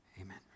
Amen